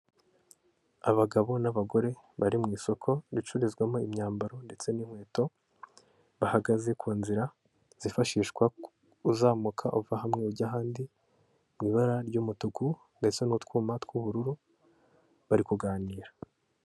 Abagabo n'abagore bari mu isoko ricururizwamo imyambaro ndetse n'inkweto, bahagaze ku nzira zifashishwa uzamuka uva hamwe ujya ahandi mu ibara ry'umutuku, ndetse n'utwuma tw'ubururu bari kuganira.